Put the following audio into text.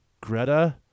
Greta